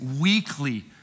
weekly